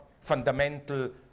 fundamental